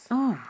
oh